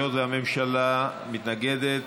היות שהממשלה מתנגדת,